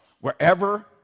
wherever